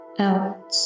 out